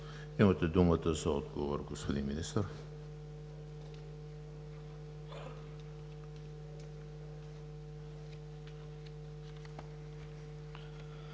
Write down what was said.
Имате думата за отговор, господин Министър.